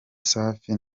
safi